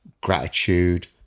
gratitude